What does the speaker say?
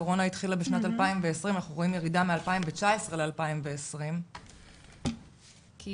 קורונה התחילה בשנת 2020. אנחנו רואים ירידה מ-2019 ל- 2020. כי